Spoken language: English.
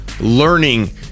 learning